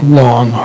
long